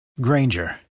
Granger